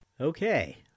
Okay